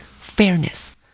fairness